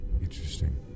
Interesting